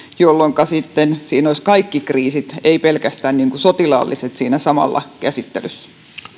jolloinka sitten siinä olisivat kaikki kriisit ei pelkästään sotilaalliset samalla käsittelyssä